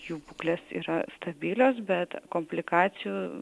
jų būklės yra stabilios bet komplikacijų